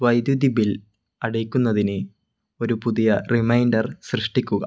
വൈദ്യുതി ബിൽ അടയ്ക്കുന്നതിന് ഒരു പുതിയ റിമൈൻഡർ സൃഷ്ടിക്കുക